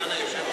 אולי לא שמעת.